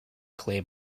clay